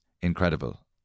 incredible